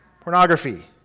Pornography